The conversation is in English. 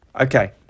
okay